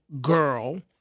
girl